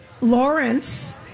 Lawrence